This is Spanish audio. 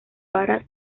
para